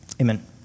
Amen